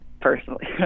personally